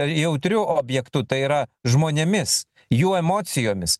jautriu objektu tai yra žmonėmis jų emocijomis